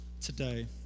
today